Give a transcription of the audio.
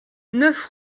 neuf